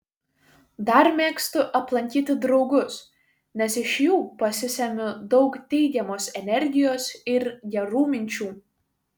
dar mėgstu aplankyti draugus nes iš jų pasisemiu daug teigiamos energijos ir gerų minčių